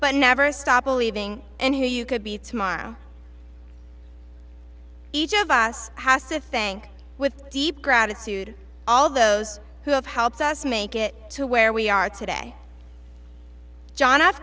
but never stop believing and who you could be tomorrow each of us has to think with deep gratitude all those who have helped us make it to where we are today john f